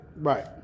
Right